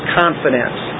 confidence